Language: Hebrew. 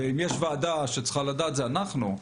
ואם יש ועדה שצריכה לדעת זה אנחנו.